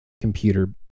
computer